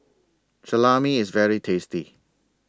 Salami IS very tasty